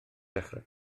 dechrau